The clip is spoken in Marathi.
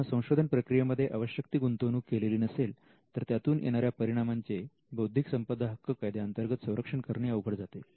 तेव्हा संशोधन प्रक्रियेमध्ये आवश्यक ती गुंतवणूक केलेली नसेल तर त्यातून येणाऱ्या परिणामांचे बौद्धिक संपदा हक्क कायद्यांतर्गत संरक्षण करणे अवघड जाते